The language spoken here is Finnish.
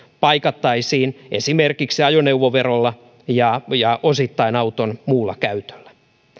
paikattaisiin esimerkiksi ajoneuvoverolla ja ja osittain auton muulla käytöllä